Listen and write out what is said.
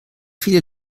viele